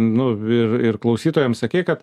nu ir ir klausytojams sakei kad